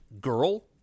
girl